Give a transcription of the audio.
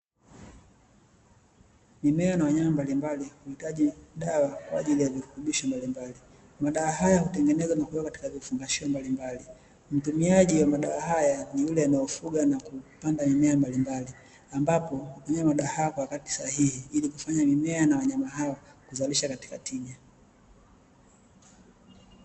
Mimea na wanyama mbalimbali huhitaji dawa kwa ajili ya virutubisho mbalimbali, madawa haya hutengenezwa na kuwekwa katika vifungashio mbalimbali, mtumiaji wa madawa haya ni yule anayefuga na kupanda mimea mbalimbali, ambapo hutumia madawa haya kwa wakati sahihi ili kufanya mimea na wanyama hao kuzalisha katika tija.